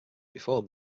before